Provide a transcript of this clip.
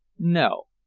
no.